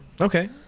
okay